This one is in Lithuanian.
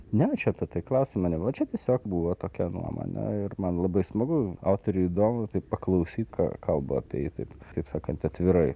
ne čia apie tai klausimo nebuvo čia tiesiog buvo tokia nuomonė ir man labai smagu autoriui įdomu taip paklausyt ką kalba apie jį taip taip sakant atvirai